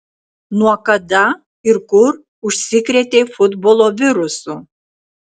nuo kada ir kur užsikrėtei futbolo virusu